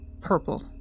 Purple